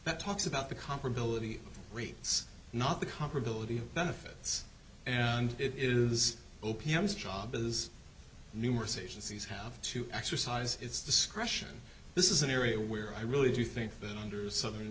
that talks about the comparability rates not the comparability benefits and it is opium is job is numerous agencies have to exercise its discretion this is an area where i really do think that under s